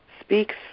speaks